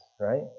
right